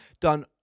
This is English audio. done